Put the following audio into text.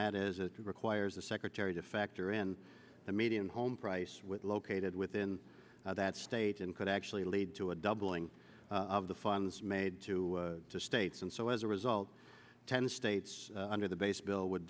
that is a requires the secretary to factor in the median home price located within that state and could actually lead to a doubling of the funds made to the states and so as a result ten states under the base bill would